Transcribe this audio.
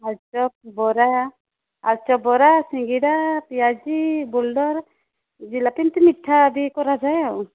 ଆଳଚପ୍ ବରା ଆଳୁଚପ୍ ବରା ସିଙ୍ଗଡ଼ା ପିଆଜି ଜିଲାପି କେମିତି ମିଠା ବି କରାଯାଏ ଆଉ